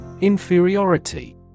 Inferiority